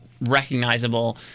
recognizable